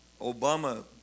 Obama